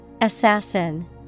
Assassin